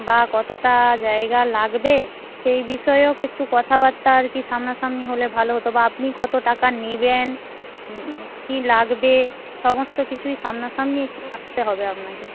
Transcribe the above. বা কতটা জায়গা লাগবে সেই বিষয়ক একটু কথাবার্তা আর কি সামনাসামনি হলে ভালো হতো বা আপনি কত টাকা নেবেন কী লাগবে সমস্ত কিছুই সামনাসামনি একটু আসতে হবে আপনাকে